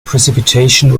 precipitation